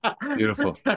Beautiful